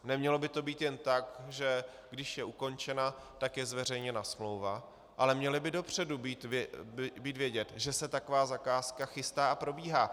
Nemělo by to být jen tak, že když je ukončena, tak je zveřejněna smlouva, ale mělo by dopředu být vědět, že se taková zakázka chystá a probíhá.